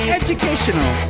educational